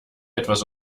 etwas